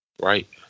right